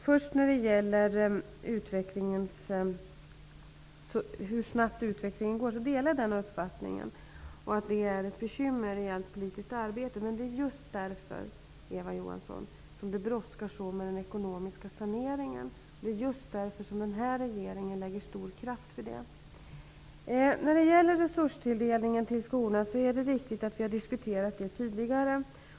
Herr talman! Jag delar uppfattningen om att utvecklingen går snabbt och att det är ett bekymmer i allt politiskt arbete. Det är just därför, Eva Johansson, som det brådskar så med den ekonomiska saneringen, och det är just därför som den här regeringen lägger så stor kraft vid den. När det gäller resurstilldelningen till skolorna är det riktigt att vi har diskuterat det tidigare.